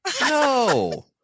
no